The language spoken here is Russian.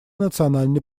национальной